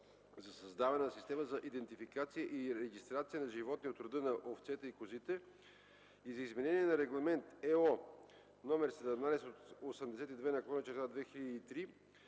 за създаване на система за идентификация и регистрация на животни от рода на овцете и козите и за изменение на Регламент (ЕО) № 1782/2003